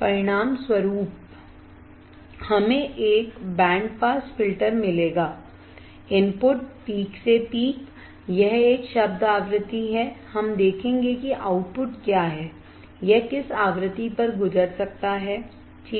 परिणामस्वरूप हमें एक बैंड पास फ़िल्टर मिलेगा इनपुट पीक से पीक यह एक शब्द आवृत्ति है हम देखेंगे कि आउटपुट क्या है यह किस आवृत्ति पर गुजर सकता हैठीक